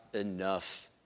enough